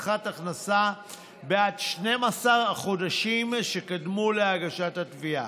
הבטחת הכנסה בעד 12 החודשים שקדמו להגשת התביעה,